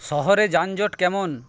শহরে যানজট কেমন